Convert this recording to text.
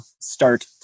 start